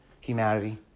humanity